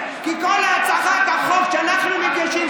כי בכל הצעות החוק שאנחנו מגישים,